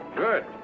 Good